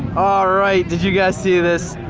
right, did you guys see this?